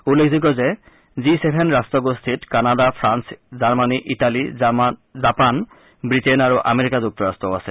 উল্লেখযোগ্য যে G seven ৰট্টগোষ্ঠীত Canada France Germany Italy Japan Britain আৰু আমেৰিকা যুক্তৰাট্টও আছে